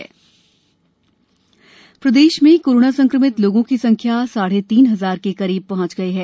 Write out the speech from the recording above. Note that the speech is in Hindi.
प्रदेश कोरोना प्रदेश में कोरोना संक्रमित लोगों की संख्या साढ़े तीन हजार के करीब पहुंच गई है